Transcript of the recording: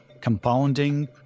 compounding